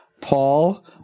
Paul